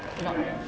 dah habis